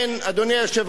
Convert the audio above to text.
אדוני היושב-ראש,